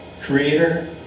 creator